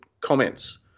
comments